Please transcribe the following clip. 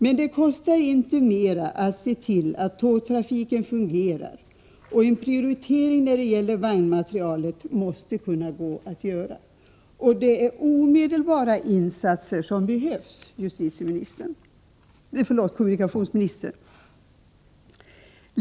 Men det kostar inte mera att se till att tågtrafiken fungerar, och en prioritering när det gäller vagnmaterielen måste gå att göra. Det är omedelbara insatser som behövs, herr kommunikationsminister.